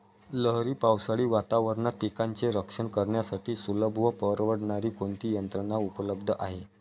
लहरी पावसाळी वातावरणात पिकांचे रक्षण करण्यासाठी सुलभ व परवडणारी कोणती यंत्रणा उपलब्ध आहे?